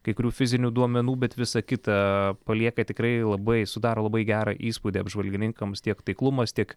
kai kurių fizinių duomenų bet visa kita palieka tikrai labai sudaro labai gerą įspūdį apžvalgininkams tiek taiklumas tiek